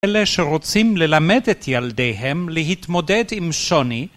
אלה שרוצים ללמד את ילדיהם להתמודד עם שוני